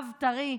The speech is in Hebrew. אב טרי,